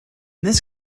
this